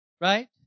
Right